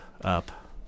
up